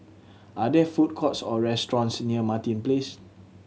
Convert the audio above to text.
are there food courts or restaurants near Martin Place